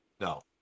No